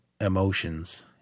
emotions